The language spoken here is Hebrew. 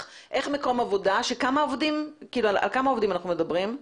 על כמה עובדים אנחנו מדברים?